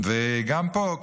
וגם פה,